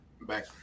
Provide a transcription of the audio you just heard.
back